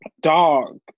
dog